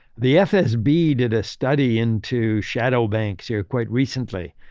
the fsb did a study into shadow banks here quite recently.